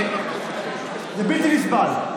זה בלתי נסבל.